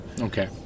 Okay